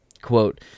quote